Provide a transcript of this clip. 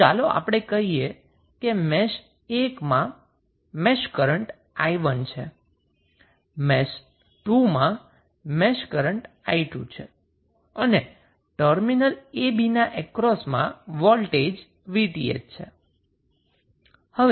તો ચાલો આપણે કહીએ મેશ 1 મા મેશ કરન્ટ 𝑖1 છે મેશ 2 મા મેશ કરન્ટ 𝑖2 છે અને ટર્મિનલ ab ના અક્રોસ માં વોલ્ટેજ 𝑉𝑇ℎ છે